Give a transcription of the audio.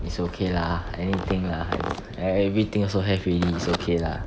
it's okay lah anything lah I everything also have already is okay lah